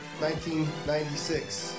1996